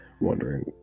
wondering